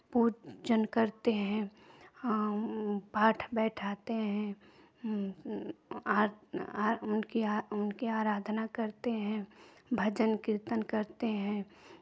पूजन करते हैं पाठ बैठाते हैं उनकी आराधना करते हैं भजन कीर्तन करते हैं